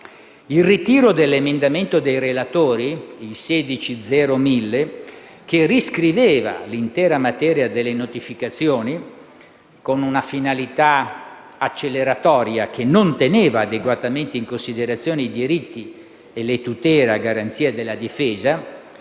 Il ritiro dell'emendamento dei relatori, il 16.0.1000, che riscriveva l'intera materia delle notificazioni con una finalità acceleratoria che non teneva adeguatamente in considerazione i diritti e le tutele a garanzia della difesa,